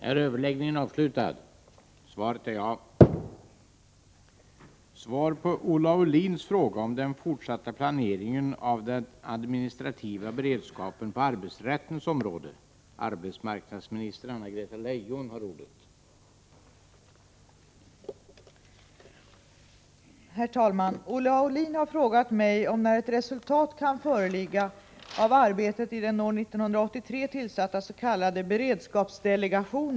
För att leda den fortsatta planeringen av den administrativa beredskapen på arbetsrättens område har regeringen 1983 tillkallat en särskild delegation. När kan resultatet av delegationens arbete föreligga?